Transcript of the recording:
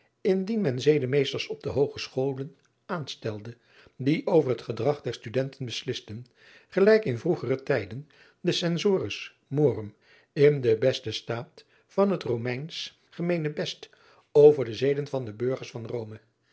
indien men edemeesters op de oogescholen aanstelde die over het gedrag der tudenten beslisten gelijk in vroegere tijden de ensores morum in den besten staat van het omeisch emeenebest over de zeden van de urgers van ome